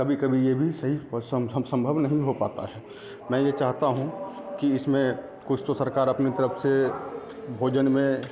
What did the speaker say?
कभी कभी यह भी सही सम सम्भव नहीं हो पाता है मैं यह चाहता हूँ कि इसमें कुछ तो सरकार अपनी तरफ से भोजन में